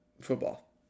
Football